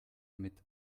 mit